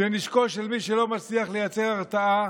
היא נשקו של מי שלא מצליח לייצר הרתעה